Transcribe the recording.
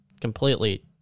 completely